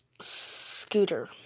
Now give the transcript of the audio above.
Scooter